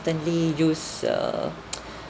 constantly use err